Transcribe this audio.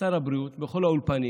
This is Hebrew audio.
ושר הבריאות בכל האולפנים,